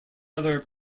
other